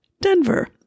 Denver